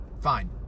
fine